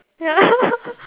ya